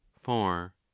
four